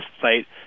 site